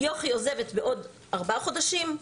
יוכי עוזבת בעוד ארבעה חודשים.